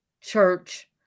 church